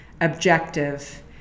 objective